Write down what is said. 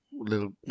Little